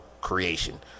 creation